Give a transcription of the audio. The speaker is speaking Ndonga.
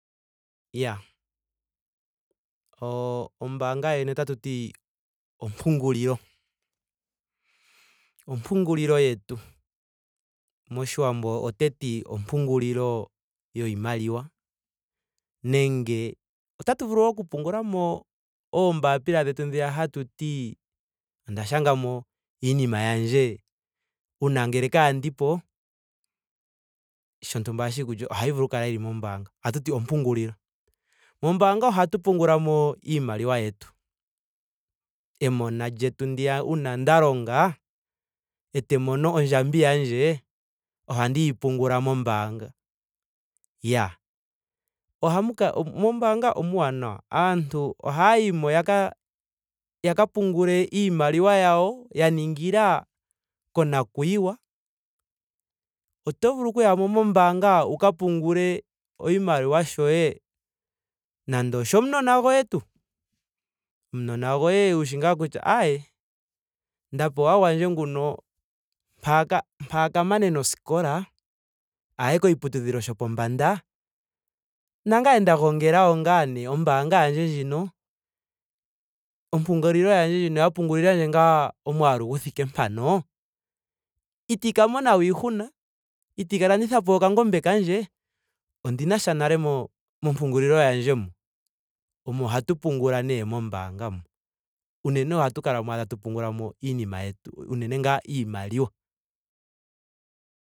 Iyaa. O- ombaanga yoyene otatu ti ompungulilo. Ompungulilo yetu. moshiwambo oteti ompungulilo yoshimaliwa. Nenge otatu vulu wo oku pungula mo oombaapila dhetu dhiya hatuti onda shanga mo iinima yandje. uuna ngele kandiipo. shontumba ohashi yi kulye. ohayi vulu oku kala yili moombaanga. Ohatuti ompungulilo. Mombaanga ohatu pungulamo iimaliwa yetu. Emona lyetu ndiya uuna nda longa etandi mono ondjambi yandje. ohandi yi pungula mombaanga. Iyaa. Oha mu ka- mombaanga omuuwanawa. aantu ohaayi mo yaka yaka pungule iimaliwa yawo. ya ningila konakuyiwa. Oto vulu oku yamo mombaanga wuka pungule oshimaliwa shoye. ando oshomunona goye tuu. Omunona goye wushi ngaa kutya aaye onda ndapewa gwandje nguno mpa aka- mpa aka manena oskola. aye koshiputudhilo shopombanda. nangame nda gongela wo. ngaa nee. ombaanga yandje ndjino. ompungulilo yandje ndjino ya pungulilandje ngaa omwaalu gu thike mpano. itandi ka mona we iihuna. itandi ka landithapo okangombe kandje. ondina sha nale mo- mompungulilo yandje mu. Omo hatu pungula nee mombaanga mo. Unene ohatu kala mo ashike tatu pungula mo iinima yetu. Unene ngaa iimaliwa.